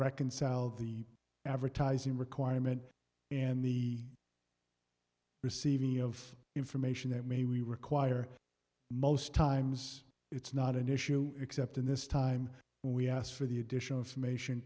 reconcile the advertising requirement and the receiving of information that may require most times it's not an issue except in this time when we asked for the additional information